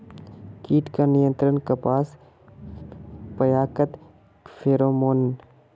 कीट का नियंत्रण कपास पयाकत फेरोमोन?